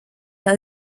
are